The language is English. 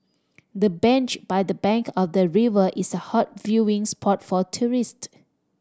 the bench by the bank of the river is a hot viewing spot for tourist